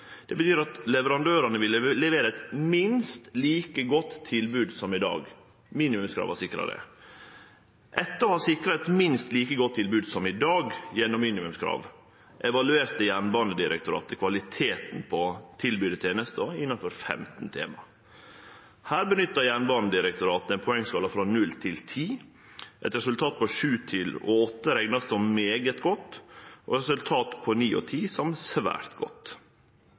Det betyr at leverandørane ville levere eit minst like godt tilbod som i dag. Minimumskrava sikrar det. Etter å ha sikra eit minst like godt tilbod som i dag gjennom minimumskrav evaluerte Jernbanedirektoratet kvaliteten på tilbydde tenester innanfor 15 tema. Her nytta Jernbanedirektoratet ein poengskala frå 0 til 10. Eit resultat på 7 og 8 reknast som «meget godt» og eit resultat på 9 og 10 som «svært godt».